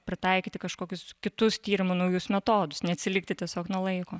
pritaikyti kažkokius kitus tyrimų naujus metodus neatsilikti tiesiog nuo laiko